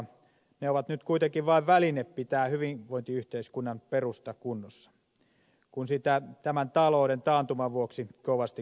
ne ovat nyt kuitenkin vain väline pitää hyvinvointiyhteiskunnan perusta kunnossa kun sitä tämän talouden taantuman vuoksi kovasti koetellaan